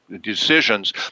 decisions